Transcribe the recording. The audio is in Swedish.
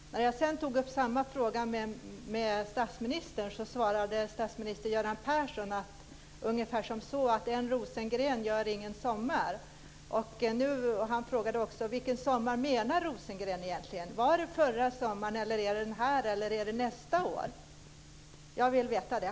När jag sedan tog upp samma fråga med statsministern svarade statsminister Göran Persson ungefär att en Rosengren gör ingen sommar. Han frågade också: Vilken sommar menar Rosengren egentligen? Var det förra sommaren eller är det den här eller är det nästa år? Jag vill veta det.